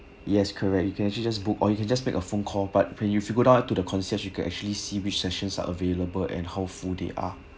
yes correct you can actually just book or you can just make a phone call but when you if you go to the concierge you can actually see which sessions are available and how full they are